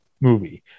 movie